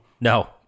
No